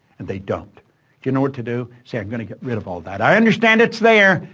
and they don't. do you know what to do? say i'm going to get rid of all that. i understand it's there,